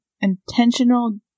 intentional